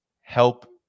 help